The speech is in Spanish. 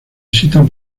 visitan